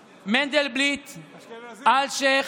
מנדלבליט, אלשיך,